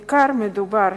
בעיקר מדובר